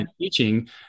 teaching